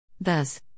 Thus